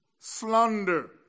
slander